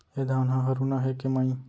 ए धान ह हरूना हे के माई?